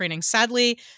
Sadly